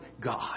God